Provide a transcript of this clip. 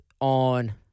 on